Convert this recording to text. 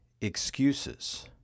excuses